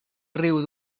riu